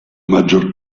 maggior